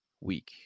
week